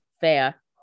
Fair